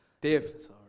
Dave